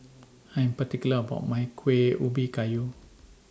I Am particular about My Kuih Ubi Kayu